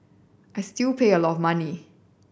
I still pay a lot of money